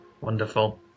Wonderful